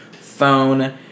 phone